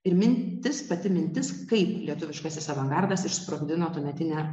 ir mintis pati mintis kaip lietuviškasis avangardas išsprogdino tuometinę